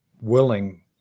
willing